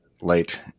late